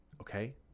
Okay